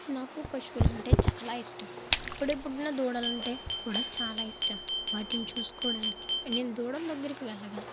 నాకు పశువులంటే చాలా ఇష్టం అప్పుడే పుట్టిన దూడలంటే కూడా చాలా ఇష్టం వాటిని చూసుకోవడానికి నేను దూడల దగ్గరకు వెళ్ళగా